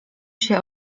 się